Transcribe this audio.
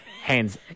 hands